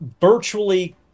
virtually